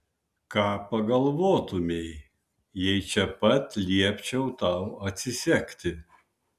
ką pagalvotumei jei čia pat liepčiau tau atsisegti